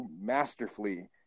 masterfully